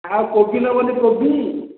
ଆଉ କୋବି ନେବନି କୋବି